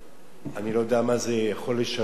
אני לא יודע מה זה יכול לשנות במהות,